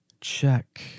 check